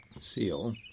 seal